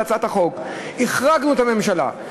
בהצעת החוק אנחנו החרגנו את הממשלה,